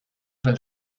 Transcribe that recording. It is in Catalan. pel